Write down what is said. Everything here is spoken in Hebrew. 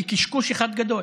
היא קשקוש אחד גדול.